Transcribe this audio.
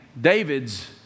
David's